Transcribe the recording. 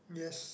yes